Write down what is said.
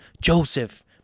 Joseph